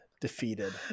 defeated